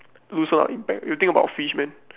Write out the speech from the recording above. loose out all the impact you think about fish man